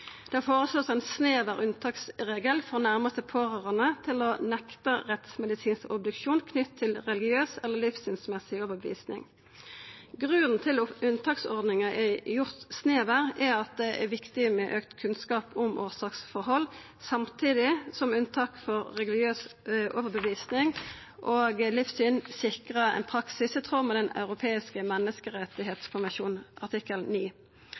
Det vert føreslått ein snever unntaksregel for nærmaste pårørande til å nekta rettsmedisinsk obduksjon knytt til religiøs eller livssynsmessig overtyding. Grunnen til at unntaksordninga er gjord snever, er at det er viktig med auka kunnskap om årsaksforhold, samtidig som unntak for religiøs overtyding og livssyn sikrar ein praksis i tråd med Den europeiske menneskerettskommisjonen, artikkel